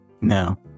No